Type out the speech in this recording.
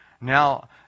Now